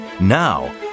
Now